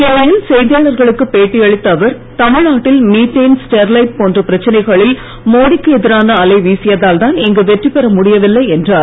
சென்னையில் செய்தியாளர்களுக்கு பேட்டி அளித்த அவர் தமிழ்நாட்டில் மீத்தேன் ஸ்டெர்லைட் போன்ற பிரச்சனைகளில் மோடிக்கு எதிரான அலை வீசியதால்தான் இங்கு வெற்றிபெற முடியவில்லை என்றார்